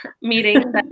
meeting